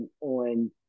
on